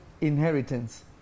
inheritance